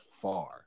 far